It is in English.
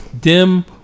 Dim